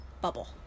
bubble